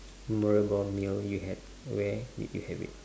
memorable meal you had where did you have it